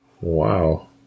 Wow